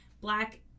black